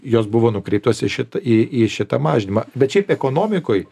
jos buvo nukreiptos į šitą į į šitą mažinimą bet šiaip ekonomikoj